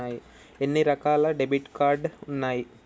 ఎన్ని రకాల debit card ఉన్నాయి?